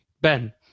Ben